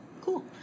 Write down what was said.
cool